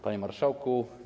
Panie Marszałku!